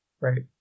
Right